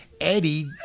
Eddie